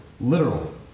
literal